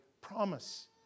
promise